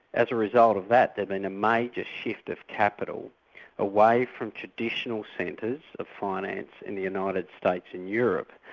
as a result of that, there'd been a major shift of capital ah away from traditional centres of finance in the united states and europe,